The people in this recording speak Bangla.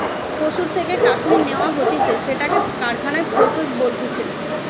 পশুর থেকে কাশ্মীর ন্যাওয়া হতিছে সেটাকে কারখানায় প্রসেস বলতিছে